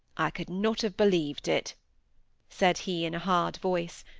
i could not have believed it said he, in a hard voice,